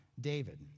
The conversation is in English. David